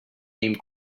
name